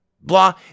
blah